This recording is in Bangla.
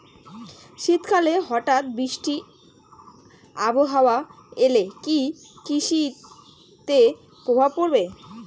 শীত কালে হঠাৎ বৃষ্টি আবহাওয়া এলে কি কৃষি তে প্রভাব পড়বে?